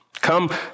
come